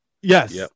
Yes